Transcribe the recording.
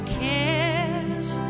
cares